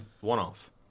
one-off